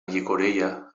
llicorella